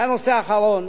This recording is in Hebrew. והנושא האחרון,